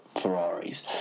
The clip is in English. Ferraris